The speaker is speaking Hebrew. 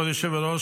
כבוד היושב-ראש,